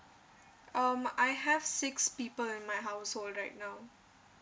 um I have six people in my household right now